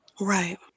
Right